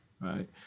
right